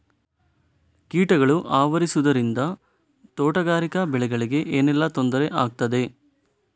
ಕೀಟಗಳು ಆವರಿಸುದರಿಂದ ತೋಟಗಾರಿಕಾ ಬೆಳೆಗಳಿಗೆ ಏನೆಲ್ಲಾ ತೊಂದರೆ ಆಗ್ತದೆ?